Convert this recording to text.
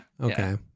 Okay